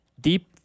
deep